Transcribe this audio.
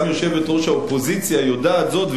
גם יושבת-ראש האופוזיציה יודעת זאת,